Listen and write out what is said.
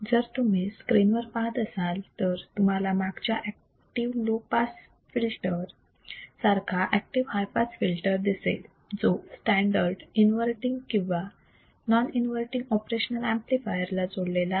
जर तुम्ही स्क्रीन वर पाहत असाल तर तुम्हाला मागच्या एक्टिव लो पास फिल्टर सारखा ऍक्टिव्ह हाय पास फिल्टर दिसेल जो स्टॅंडर्ड इन्वर्तींग किंवा नॉन इन्वर्तींग ऑपरेशनल ऍम्प्लिफायर ला जोडलेला आहे